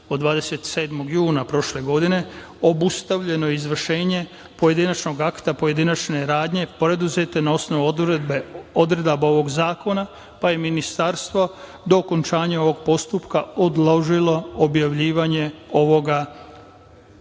27. juna prošle godine, obustavljeno je izvršenje pojedinačnog akta, pojedinačne radnje, preduzete na osnovu odredaba ovog zakona, pa je ministarstvo do okončanja ovog postupka odložilo objavljivanje ovoga